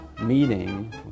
meeting